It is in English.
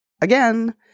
again